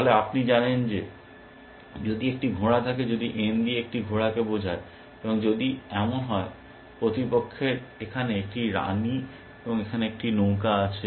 তাহলে আপনি জানেন যে যদি একটি ঘোড়া থাকে যদি n দিয়ে একটি ঘোড়াকে বোঝায় এবং যদি এমন হয় প্রতিপক্ষের এখানে একটি রানী এবং এখানে একটি নৌকা আছে